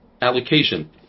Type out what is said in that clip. allocation